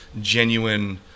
genuine